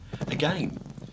again